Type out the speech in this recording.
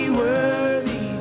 worthy